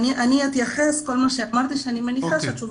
אני מניחה שיהיו